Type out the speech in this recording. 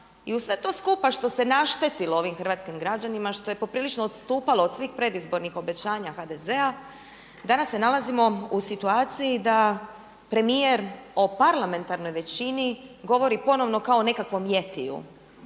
I uz sve to skupa što se naštetilo ovim hrvatskim građanima što je poprilično odstupalo od svih predizbornih obećanja HDZ-a danas se nalazimo u situaciji da premijer o parlamentarnoj većini govori ponovno kao o nekakvom jetiju,